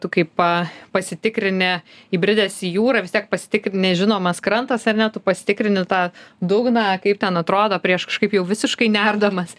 tu kaip pa pasitikrini įbridęs į jūrą vis tiek pasitikrini nežinomas krantas ar ne tu pasitikrini tą dugną kaip ten atrodo prieš kažkaip jau visiškai nerdamas